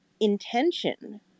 intention